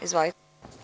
Izvolite.